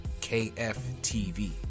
KFTV